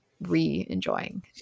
re-enjoying